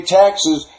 taxes